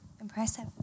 Impressive